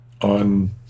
on